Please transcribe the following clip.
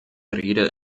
rede